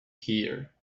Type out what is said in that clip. here